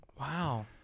Wow